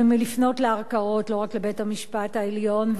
או לפנות לערכאות, לא רק לבית-המשפט העליון.